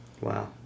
wow